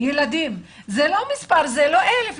ילדים זה לא 1,000,